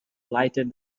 lighted